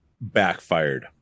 backfired